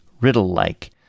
riddle-like